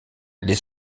les